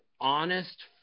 honest